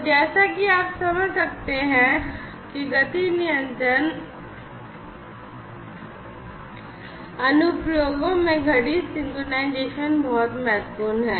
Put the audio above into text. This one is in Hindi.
तो जैसा कि आप समझ सकते हैं कि गति नियंत्रण अनुप्रयोगों में घड़ी सिंक्रनाइज़ेशन बहुत महत्वपूर्ण है